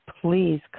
please